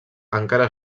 encara